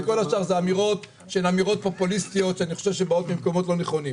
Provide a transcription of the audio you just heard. וכל השאר הן אמירות פופוליסטיות שאני חושב שבאות ממקומות לא נכונים.